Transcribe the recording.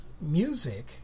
music